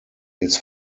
his